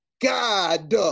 God